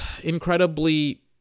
incredibly